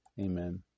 Amen